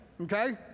okay